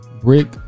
brick